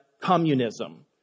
communism